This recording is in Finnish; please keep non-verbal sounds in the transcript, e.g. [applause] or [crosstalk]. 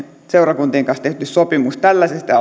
seurakuntien kanssa tehty sopimus tällaisesta [unintelligible]